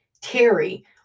Terry